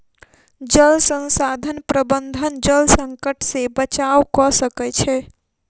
जल संसाधन प्रबंधन जल संकट से बचाव कअ सकै छै